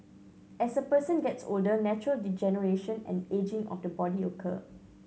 as a person gets older natural degeneration and ageing of the body occur